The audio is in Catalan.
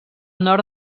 nord